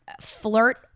flirt